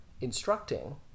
instructing